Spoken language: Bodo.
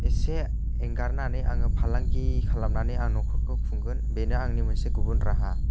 एसे एंगारनानै आङो फालांगि खालामनानै आं न'खरखौ खुंगोन बेनो आंनि मोनसे गुबुन राहा